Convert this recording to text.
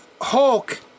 Hulk